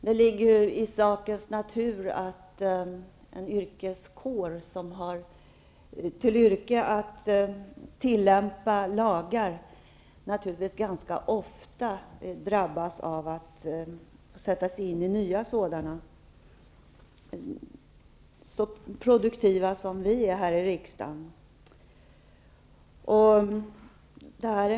Det ligger i sakens natur att en yrkeskår, vars medlemmar har som yrke att tillämpa lagar, ganska ofta tvingas sätta sig in i nya lagar -- vi i riksdagen är ju så produktiva.